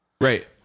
Right